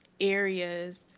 areas